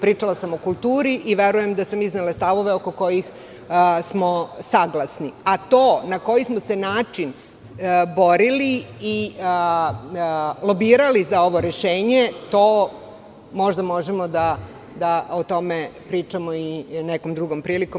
Pričala sam o kulturi i verujem da sam iznela stavove oko kojih smo saglasni, a to na koji smo se način borili i lobirali za ovo rešenje, možda možemo da o tome pričamo i nekom drugom prilikom.